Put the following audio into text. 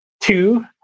Two